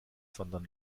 sondern